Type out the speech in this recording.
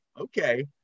Okay